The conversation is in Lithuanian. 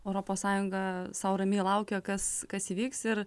europos sąjunga sau ramiai laukia kas kas įvyks ir